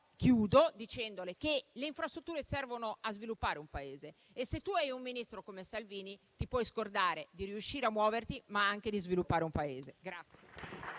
Chiudo dicendo che le infrastrutture servono a sviluppare un Paese e, se tu hai un Ministro come Salvini, ti puoi scordare di riuscire a muoverti, ma anche di sviluppare un Paese.